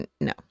no